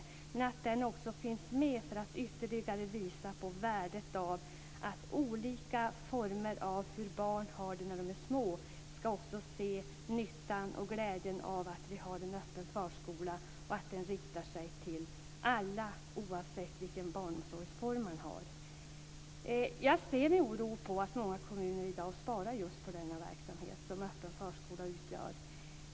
Det är viktigt att den gruppen finns med för att ytterligare visa på värdet av olika former för hur barn har det när de är små och för att se nyttan och glädjen av att vi har en öppen förskola som riktar sig till alla oavsett vilken barnomsorgsform man har. Jag ser med oro på att många kommuner i dag sparar just på den verksamhet som öppen förskola utgör.